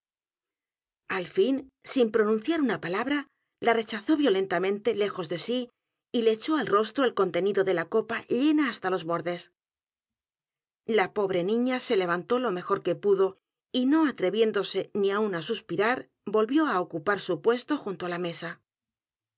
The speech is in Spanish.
al fia sin pronunciar una palabra la rechazó violentamente lejos de sí y le echó al rostro el contenido dela copa líena hasta los bordes la pobre niña se levantó lo mejor que pudo y noatreviéndose ni aun á suspirar volvió á ocupar su puesto junto á la mesa